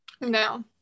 No